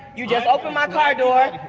you just opened my car door.